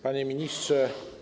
Panie Ministrze!